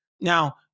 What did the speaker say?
Now